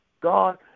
God